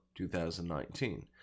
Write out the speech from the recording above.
2019